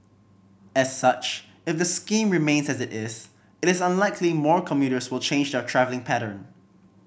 as such if the scheme remains as it is it is unlikely more commuters will change their travelling pattern